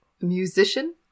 musician